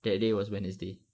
that day was wednesday